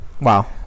Wow